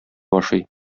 ашый